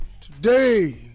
Today